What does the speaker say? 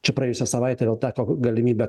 čia praėjusią savaitę vėl teko galimybė